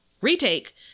Retake